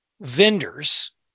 vendors